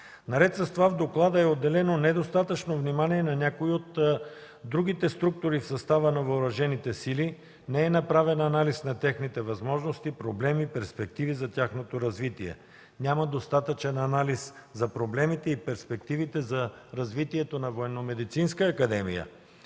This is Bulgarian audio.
Наред с това в доклада е отделено недостатъчно внимание на някои от другите структури в състава на въоръжените сили, не е направен анализ на техните възможности, проблеми, перспективи за тяхното развитие, няма достатъчен анализ за проблемите и перспективите за развитие на